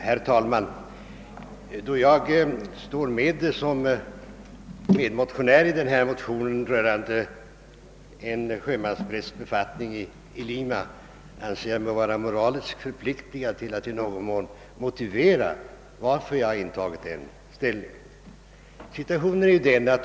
Herr talman! Då jag är bland dem som undertecknat denna motion rörande en sjömansprästbefattning i Lima ansåg jag mig vara moraliskt förpliktigad att motivera varför jag intagit denna ställning.